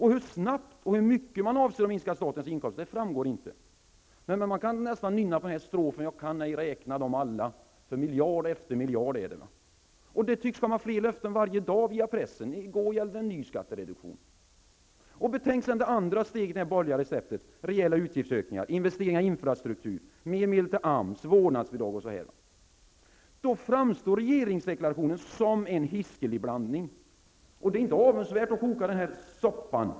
Hur snabbt och hur mycket man avser att minska statens inkomster framgår inte. Man skulle faktiskt kunna nynna på ''Jag kan inte räkna dem alla'', för det är miljard efter miljard. Det tycks komma fler löften varje dag i pressen. I går gällde det en ny skattereduktion. Tänk sedan på det andra steget i det borgerliga receptet: rejäla utgiftsökningar, investeringar i infrastruktur, mer medel till AMS, vårdnadsbidrag osv. Då framstår regeringsdeklarationen som en hiskelig blandning, och det är inte avundsvärt att koka den här soppan.